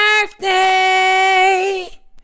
birthday